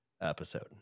episode